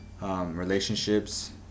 relationships